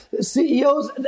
CEOs